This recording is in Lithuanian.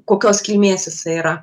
kokios kilmės jisai yra